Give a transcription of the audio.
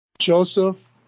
Joseph